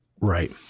right